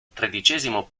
tredicesimo